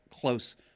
close